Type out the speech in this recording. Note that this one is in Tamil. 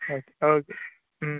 ஓகே ஓகே ம்